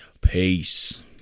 Peace